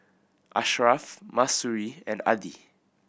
Ashraff Mahsuri and Adi